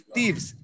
Thieves